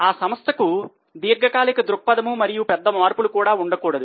ఆ సంస్థకు దీర్ఘకాలిక దృక్పథం మరియు పెద్ద మార్పులు కూడా ఉండకూడదు